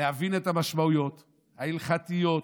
להבין את המשמעויות ההלכתיות,